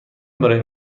برای